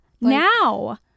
now